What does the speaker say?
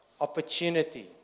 opportunity